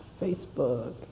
Facebook